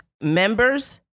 members